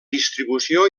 distribució